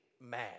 mad